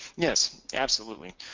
yes, absolutely.